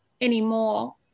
anymore